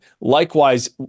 likewise